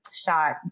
shot